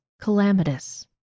calamitous